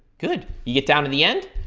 good. you get down to the end,